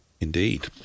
Indeed